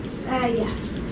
Yes